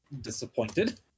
disappointed